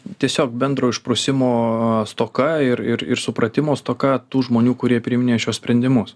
tiesiog bendro išprusimo stoka ir ir ir supratimo stoka tų žmonių kurie priminėja šiuos sprendimus